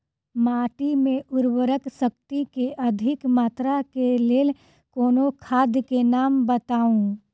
माटि मे उर्वरक शक्ति केँ अधिक मात्रा केँ लेल कोनो खाद केँ नाम बताऊ?